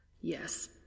Yes